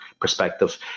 perspective